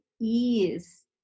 ease